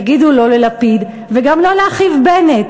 תגידו לא ללפיד, וגם לא לאחיו בנט.